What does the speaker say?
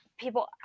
People